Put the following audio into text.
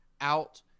out